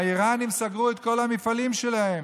האיראנים סגרו את כל המפעלים שלהם.